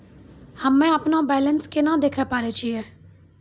हम्मे अपनो बैलेंस केना देखे पारे छियै?